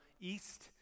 east